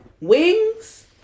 Wings